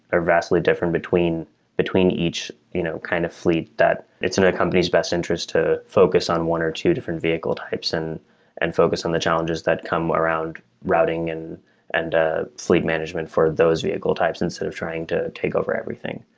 are vastly different between between each you know kind of fleet that it's in their company's best interest to focus on one or two different vehicle types and and focus on the challenges that come around routing and and ah sleep management for those vehicle types, instead of trying to take over everything.